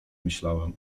myślałem